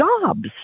jobs